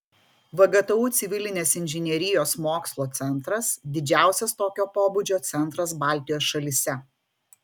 vgtu civilinės inžinerijos mokslo centras didžiausias tokio pobūdžio centras baltijos šalyse